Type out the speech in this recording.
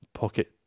Pocket